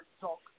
talk